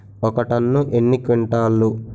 ఒక టన్ను ఎన్ని క్వింటాల్లు?